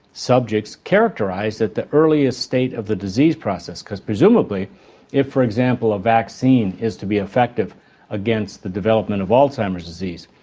subjects, characterised at the earliest stage of the disease process, because presumably if for example a vaccine is to be effective against the development of alzheimer's disease,